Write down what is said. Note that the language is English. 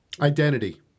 Identity